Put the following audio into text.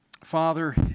Father